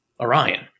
Orion